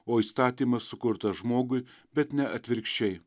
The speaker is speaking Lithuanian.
o įstatymas sukurtas žmogui bet ne atvirkščiai